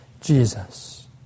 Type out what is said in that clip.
Jesus